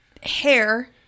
Hair